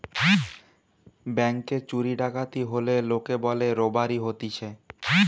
ব্যাংকে চুরি ডাকাতি হলে লোকে বলে রোবারি হতিছে